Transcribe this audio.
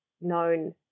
known